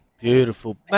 Beautiful